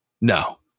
No